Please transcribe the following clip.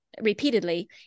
repeatedly